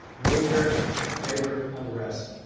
major labor unrest.